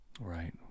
right